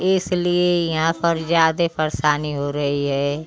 इसलिए यहाँ पर ज़्यादे परेशानी हो रही है